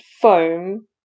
foam